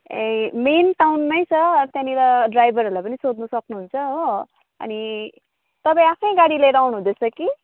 ए main टाउनमै छ अब त्यहाँनिर ड्राइभरहरूलाई पनि सोध्न सक्नुहुन्छ हो अनि तपाईँ आफ्नै गाडी लिएर आउनु हुँदैछ कि